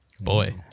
Boy